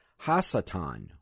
Hasatan